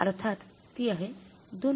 अर्थात ती आहे २